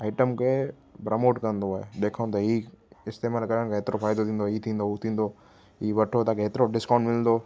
item खे promote कंदो आहे देखो त हीउ इस्तेमालु करण खां एतिरो फ़ाइदो थींदो हीउ थींदो हू थींदो ई वठो तव्हां खे हेतिरो डिस्काउंट मिलंदो